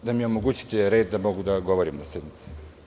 Molim vas da omogućite red, da mogu da govorim na sednici.